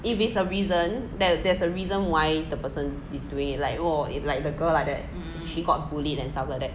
if it is a reason that there's a reason why the person is doing it like 如果 like the girl like that she got bullied and stuff like that